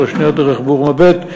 ולשנייה "דרך בורמה ב'".